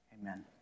Amen